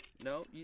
No